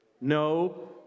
No